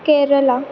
Kerala